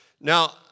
Now